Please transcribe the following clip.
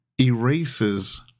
erases